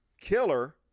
Killer